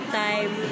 time